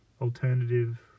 alternative